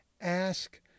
ask